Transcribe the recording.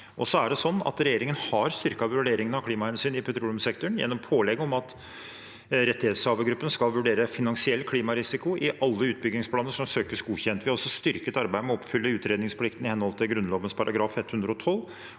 Regjeringen har styrket vurderingen av klimahensyn i petroleumssektoren gjennom pålegget om at rettighetshavergruppen skal vurdere finansiell klimarisiko i alle utbyggingsplaner som søkes godkjent. Vi har også styrket arbeidet med å oppfylle utredningsplikten i henhold til Grunnloven § 112,